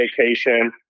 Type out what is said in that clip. vacation